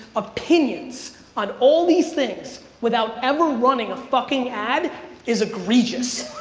opinions on all these things without ever running a fucking ad is egregious.